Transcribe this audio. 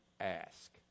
ask